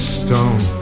stone